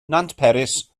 nantperis